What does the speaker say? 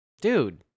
Dude